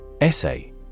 Essay